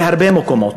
בהרבה מקומות,